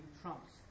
trumps